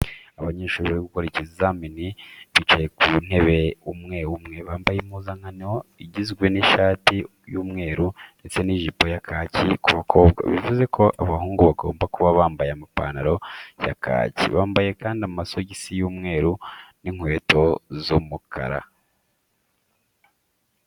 Abanyeshuri bari gukora ikizamini, bicaye ku ntebe umwe umwe. Bambaye impuzankano igizwe n'ishati y'umweru ndetse n'ijipo ya kaki ku bakobwa, bivuze ko abahungu bagomba kuba bambaye amapantaro ya kaki. Bambaye kandi amasogisi y'umweru n'inkweto z'umukara.